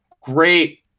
Great